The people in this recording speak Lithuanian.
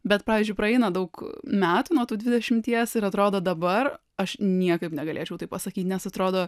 bet pavyzdžiui praeina daug metų nuo tų dvidešimties ir atrodo dabar aš niekaip negalėčiau taip pasakyt nes atrodo